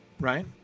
right